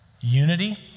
unity